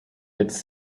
its